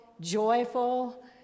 joyful